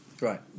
Right